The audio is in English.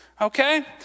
Okay